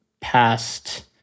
past